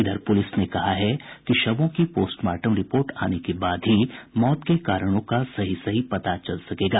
इधर पुलिस ने कहा है कि शवों की पोस्टमार्टम रिपोर्ट आने के बाद ही मौत के कारणों का सही सही पता चल सकेगा